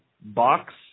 box